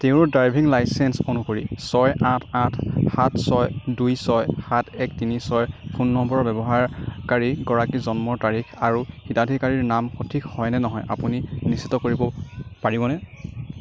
তেওঁৰ driving licence অনুসৰি ছয় আঠ আঠ সাত ছয় দুই ছয় সাত এক তিনি ছয় ফোন নম্বৰৰ ব্যৱহাৰকাৰী গৰাকীৰ জন্মৰ তাৰিখ আৰু হিতাধিকাৰীৰ নাম সঠিক হয়নে নহয় আপুনি নিশ্চিত কৰিব পাৰিবনে